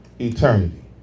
eternity